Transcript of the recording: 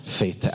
faith